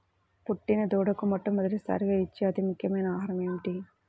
పుట్టిన దూడకు మొట్టమొదటిసారిగా ఇచ్చే అతి ముఖ్యమైన ఆహారము ఏంటి?